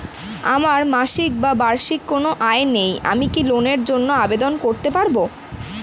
আমার মাসিক বা বার্ষিক কোন আয় নেই আমি কি লোনের জন্য আবেদন করতে পারব?